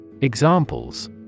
Examples